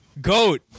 Goat